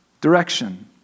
direction